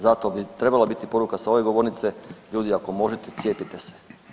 Zato bi trebala biti poruka s ove govornice, ljudi ako možete cijepite se.